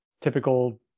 typical